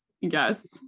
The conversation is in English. yes